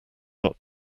not